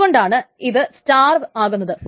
അതുകൊണ്ടാണ് ഇത് സ്റ്റാർവ് ആകുന്നത്